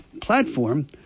platform